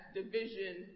division